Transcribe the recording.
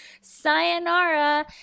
sayonara